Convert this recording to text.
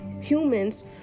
humans